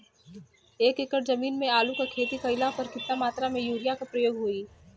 एक एकड़ जमीन में आलू क खेती कइला पर कितना मात्रा में यूरिया क प्रयोग होई?